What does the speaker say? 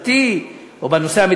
או בנושא החברתי,